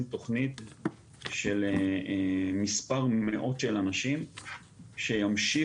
תכנית של מספר מאות של אנשים שימשיכו,